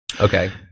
Okay